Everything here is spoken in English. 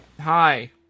Hi